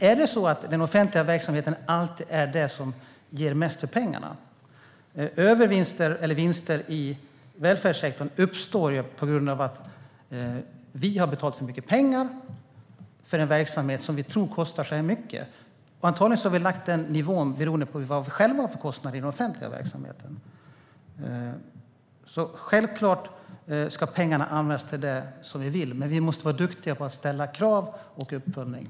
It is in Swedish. Är det så att den offentliga verksamheten alltid är den som ger mest för pengarna? Vinster i välfärdssektorn uppstår på grund av att vi har betalat för mycket pengar för en verksamhet som vi tror har en viss kostnad. Antagligen har vi lagt den nivån beroende på vad vi själva har för kostnad i den offentliga verksamheten. Självklart ska pengarna användas till det som vi vill, men vi måste vara duktiga på att ställa krav och följa upp.